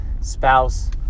spouse